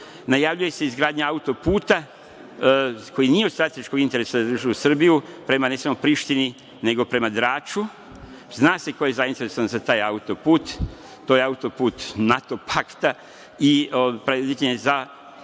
najavljuje se izgradnja autoputa koji nije od strateškog interesa za državu Srbiju, prema recimo Prištini, nego prema Draču. Zna se ko je zainteresovan za taj autoput. To je autoput NATO pakta i predviđen je za